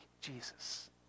Jesus